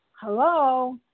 hello